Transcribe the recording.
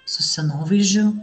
su scenovaizdžiu